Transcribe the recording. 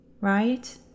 Right